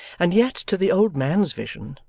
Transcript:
and yet, to the old man's vision,